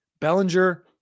Bellinger